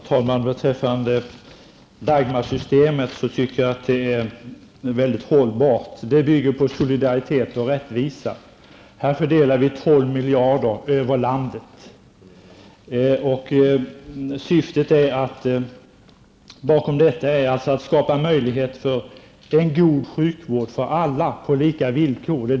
Herr talman! Dagmarsystemet är väldigt hållbart; det bygger på solidaritet och rättvisa. Här fördelas 12 miljarder över landet, och syftet bakom detta är att skapa möjligheter till en god sjukvård för alla på lika villkor.